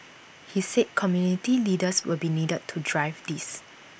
he said community leaders will be needed to drive this